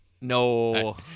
No